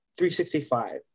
365